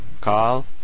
call